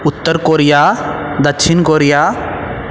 उत्तर कोरिया दक्षिण कोरिया